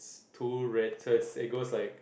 two red flags it goes like